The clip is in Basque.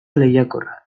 lehiakorra